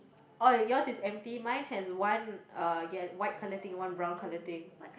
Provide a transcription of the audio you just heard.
oh yours is empty mine has one uh ye~ white colour thing one brown colour thing